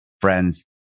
friends